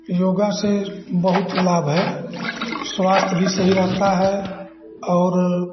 योग से बहुत लाभ है स्वास्थ्य भी सही रहता है और